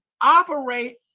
operate